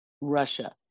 Russia